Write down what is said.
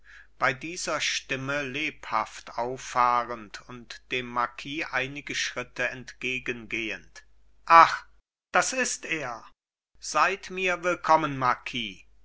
bei dieser stimme lebhaft auffahrend und dem marquis einige schritte entgegengehend ah das ist er seid mir willkommen